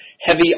Heavy